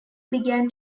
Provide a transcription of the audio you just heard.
began